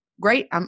great